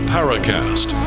Paracast